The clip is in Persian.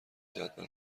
جدول